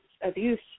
abuse